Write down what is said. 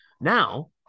now